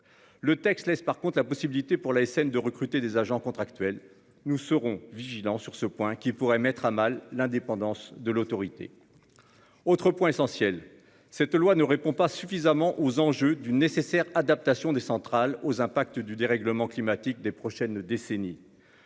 Le texte laisse par contre la possibilité pour la SN de recruter des agents contractuels. Nous serons vigilants sur ce point qui pourrait mettre à mal l'indépendance de l'autorité. Autre point essentiel cette loi ne répond pas suffisamment aux enjeux d'une nécessaire adaptation des centrales aux impacts du dérèglement climatique, des prochaines décennies.